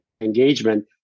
engagement